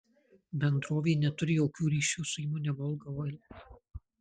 bendrovė neturi jokių ryšių su įmone volga oil